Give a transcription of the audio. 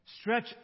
Stretch